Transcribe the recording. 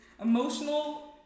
Emotional